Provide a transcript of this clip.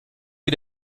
wie